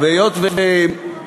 ואם לא?